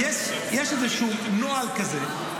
יש איזשהו נוהל כזה,